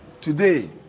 today